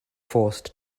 forced